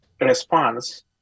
response